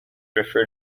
refer